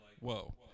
whoa